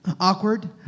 Awkward